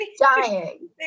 dying